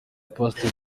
pastor